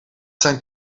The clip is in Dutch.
zijn